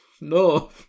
no